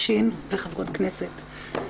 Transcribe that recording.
ש' וחברות כנסת,